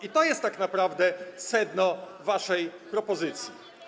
I to jest tak naprawdę sedno waszej propozycji.